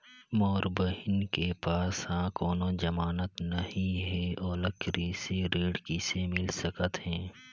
मोर बहिन के पास ह कोनो जमानत नहीं हे, ओला कृषि ऋण किसे मिल सकत हे?